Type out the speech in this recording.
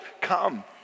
come